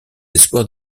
espoirs